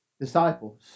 disciples